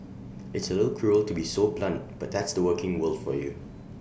it's cruel to be so blunt but that's the working world for you